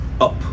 up